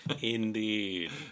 Indeed